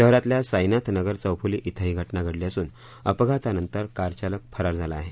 शहरातल्या साईनाथ नगर चौफुली क्वे ही घटना घडली असून अपघातानंतर कारचालक फरार झाला आहे